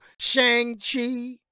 Shang-Chi